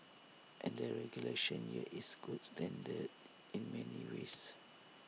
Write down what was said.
and the regulation here is gold standard in many ways